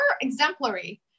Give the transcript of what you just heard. exemplary